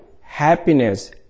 happiness